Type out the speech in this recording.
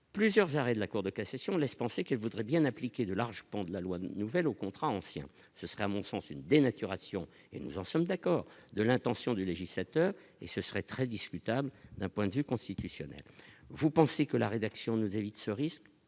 plusieurs arrêts de la Cour de casser sur laissent penser qu'il voudrait bien appliquer de larges pans de la loi nouvelle aux contrats anciens, ce serait à mon sens une dénaturation et nous en sommes d'accord de l'intention du législateur et ce serait très discutable d'un point de vue constitutionnel, vous pensez que la rédaction nous évite ce risque,